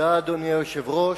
אדוני היושב-ראש,